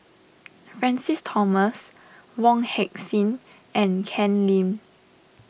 Francis Thomas Wong Heck Sing and Ken Lim